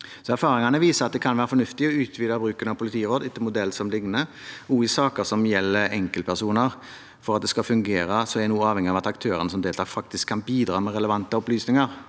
Erfaringene viser at det kan være fornuftig å utvide bruken av politiråd etter en modell som ligner, også i saker som gjelder enkeltpersoner. For at det skal fungere, er en også avhengig av at aktørene som deltar, faktisk kan bidra med relevante opplysninger.